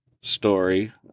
story